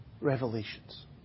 revelations